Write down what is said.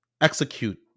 execute